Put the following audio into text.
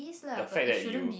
the fact that you